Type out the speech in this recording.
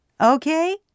Okay